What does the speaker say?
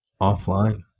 Offline